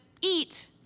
eat